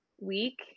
week